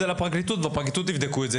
זה לפרקליטות ובפרקליטות יבדקו את זה.